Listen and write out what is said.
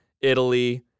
Italy